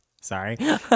Sorry